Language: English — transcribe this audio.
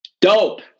dope